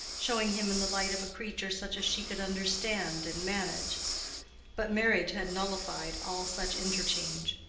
showing him in the light of a creature such as she could understand and manage but marriage had nullified all such interchange,